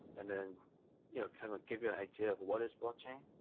and then you know kind of give you an idea of what is blockchain,